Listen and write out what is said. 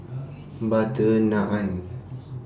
Butter Naan